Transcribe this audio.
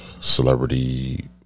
celebrity